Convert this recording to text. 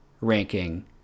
ranking